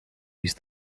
just